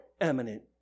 eminent